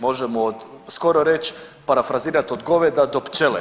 Možemo skoro reći, parafrazirat od goveda do pčele.